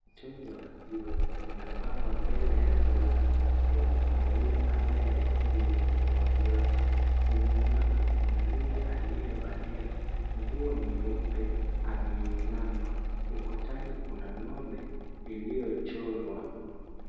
Mitungi ya maziwa imepangwa mbele ya duka, huku kuna yule anayerekodi vipimo vyote. Kwenye mlango kuna yule aliyevalia nguo nyeupe ameinama. Ukutani kuna ng'ombe iliyochorwa.